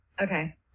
Okay